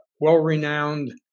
well-renowned